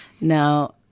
Now